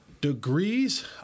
degrees